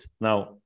Now